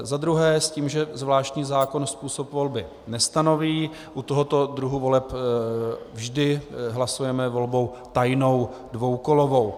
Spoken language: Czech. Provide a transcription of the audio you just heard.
II s tím, že zvláštní zákon způsob volby nestanoví, u tohoto druhu voleb vždy hlasujeme volbou tajnou dvoukolovou,